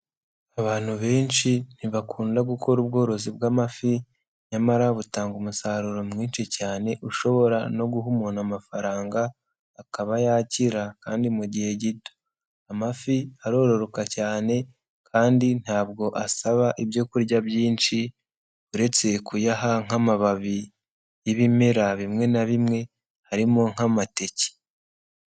Abantu benshi ntibakunda gukora ubworozi bw'amafi, nyamara butanga umusaruro mwinshi cyane ushobora no guha umuntu amafaranga, akaba yakira kandi mu gihe gito. Amafi arororoka cyane kandi ntabwo asaba ibyokurya byinshi uretse kuyaha nk'amababi y'ibimera bimwe na bimwe harimo nk'amateke.